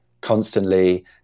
constantly